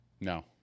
No